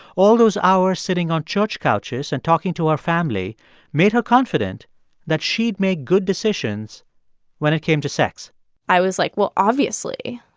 all those hours sitting on church couches and talking to her family made her confident that she'd make good decisions when it came to sex i was like, well, obviously.